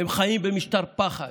הם חיים במשטר פחד.